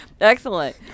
Excellent